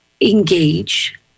engage